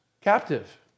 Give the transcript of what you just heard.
captive